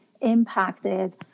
impacted